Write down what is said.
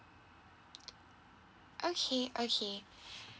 okay okay